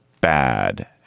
bad